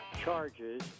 charges